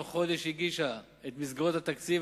בתוך חודש הגישה את מסגרות התקציב,